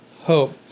hope